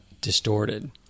distorted